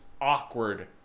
awkward